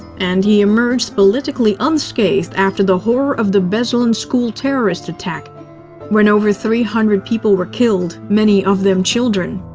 and he emerged politically unscathed after the horror of the beslan school terrorist attack when over three hundred people were killed, many of them children.